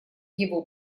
его